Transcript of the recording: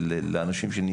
לאנשים פה,